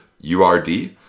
U-R-D